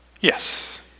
yes